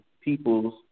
people's